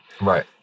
Right